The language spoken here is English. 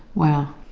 wow.